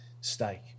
stake